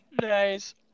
Nice